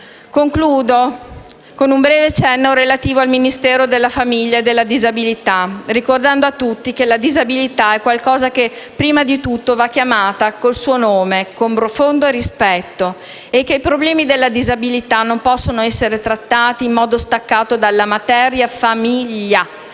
Concludo con un breve cenno relativo al Ministero della famiglia e della disabilità, ricordando a tutti che la disabilità è un qualcosa che prima di tutto va chiamata col suo nome, con profondo rispetto, e che i problemi della disabilità non possono essere trattati in modo staccato dalla materia famiglia.